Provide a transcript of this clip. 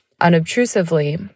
unobtrusively